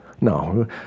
No